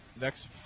next